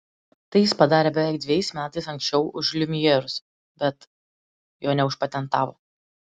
tai jis padarė beveik dvejais metais anksčiau už liumjerus bet jo neužpatentavo